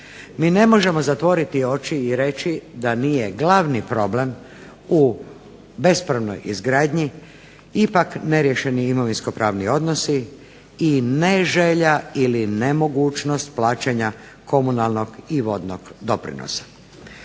Mi ne možemo zatvoriti oči i reći da nije glavni problem u bespravnoj izgradnji ipak neriješeni imovinsko-pravni odnosi i ne želja ili nemogućnost plaćanja komunalnog i vodnog doprinosa.